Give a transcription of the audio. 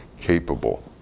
capable